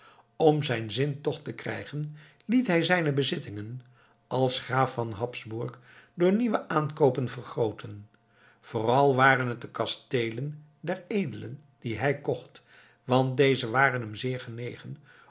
om zijn zin toch te krijgen liet hij zijne bezittingen als graaf van habsburg door nieuwe aankoopen vergrooten vooral waren het de kasteelen der edelen die hij kocht want dezen waren hem zeer genegen